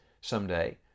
someday